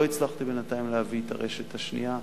לא הצלחתי בינתיים להביא את הרשת השנייה,